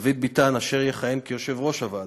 דוד ביטן, אשר יכהן כיושב-ראש הוועדה,